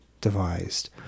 devised